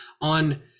on